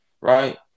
right